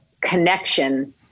connection